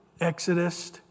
Exodus